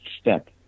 step